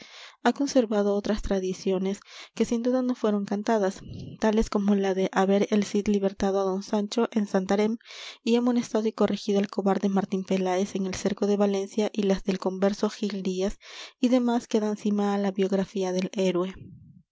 ha conservado otras tradiciones que sin duda no fueron cantadas tales como la de haber el cid libertado á don sancho en santarem y amonestado y corregido al cobarde martín peláez en el cerco de valencia y las del converso gil díaz y demás que dan cima á la biografía del héroe